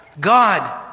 God